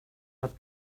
hat